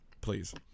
please